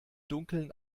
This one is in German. dunkeln